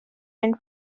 and